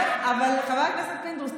חבר הכנסת פינדרוס,